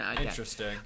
Interesting